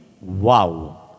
wow